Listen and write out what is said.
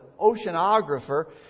oceanographer